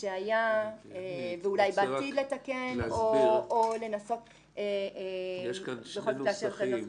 שהיה ואולי בעתיד לתקן או לנסות לאשר את הנוסח.